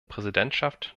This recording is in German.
präsidentschaft